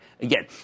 Again